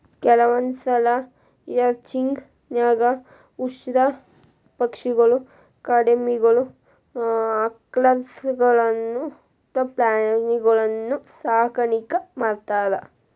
ಕೆಲವಂದ್ಸಲ ರ್ಯಾಂಚಿಂಗ್ ನ್ಯಾಗ ಉಷ್ಟ್ರಪಕ್ಷಿಗಳು, ಕಾಡೆಮ್ಮಿಗಳು, ಅಲ್ಕಾಸ್ಗಳಂತ ಪ್ರಾಣಿಗಳನ್ನೂ ಸಾಕಾಣಿಕೆ ಮಾಡ್ತಾರ